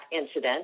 incident